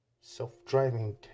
self-driving